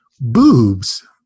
boobs